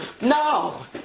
no